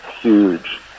huge